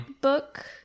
Book